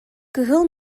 кыһыл